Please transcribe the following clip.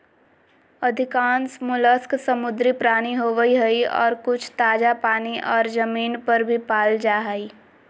अधिकांश मोलस्क समुद्री प्राणी होवई हई, आर कुछ ताजा पानी आर जमीन पर भी पाल जा हई